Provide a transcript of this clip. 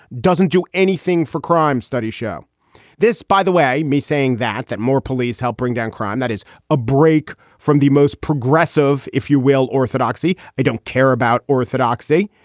doesn't do anything for crime. studies show this, by the way, me saying that that more police help bring down crime. that is a break from the most progressive, if you will, orthodoxy. i don't care about orthodoxy.